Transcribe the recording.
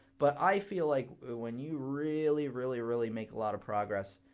but i feel like when you really, really, really make a lot of progress,